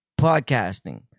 podcasting